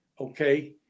okay